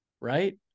right